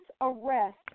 arrest